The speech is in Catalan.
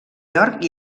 york